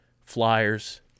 Flyers